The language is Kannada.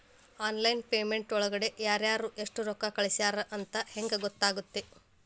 ಆನ್ಲೈನ್ ಪೇಮೆಂಟ್ ಒಳಗಡೆ ಯಾರ್ಯಾರು ಎಷ್ಟು ರೊಕ್ಕ ಕಳಿಸ್ಯಾರ ಅಂತ ಹೆಂಗ್ ಗೊತ್ತಾಗುತ್ತೆ?